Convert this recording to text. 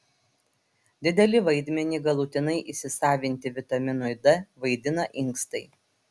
didelį vaidmenį galutinai įsisavinti vitaminui d vaidina inkstai